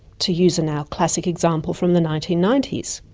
to use a now classic example from the nineteen ninety s.